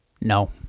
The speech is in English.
No